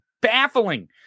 baffling